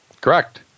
Correct